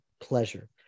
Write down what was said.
pleasure